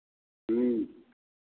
ह्म्म